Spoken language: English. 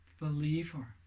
believer